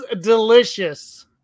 delicious